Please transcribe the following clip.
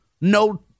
no